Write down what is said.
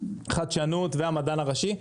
חדשנות והמדען הראשי,